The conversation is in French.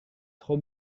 trop